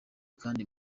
kandi